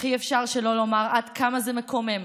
אך אי-אפשר שלא לומר עד כמה זה מקומם,